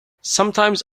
sometimes